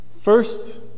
First